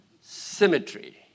Symmetry